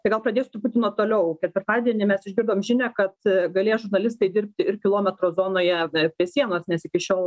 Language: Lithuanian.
tai gal pradėsiu truputį nuo toliau ketvirtadienį mes išgirdom žinią kad galės žurnalistai dirbti ir kilometro zonoje prie sienos nes iki šiol